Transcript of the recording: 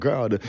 God